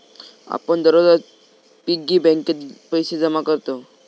आपण दररोज पिग्गी बँकेत पैसे जमा करतव